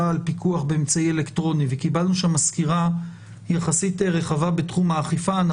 על פיקוח באמצעי אלקטרוני וקיבלנו שם סקירה יחסית רחבה בתחום האכיפה.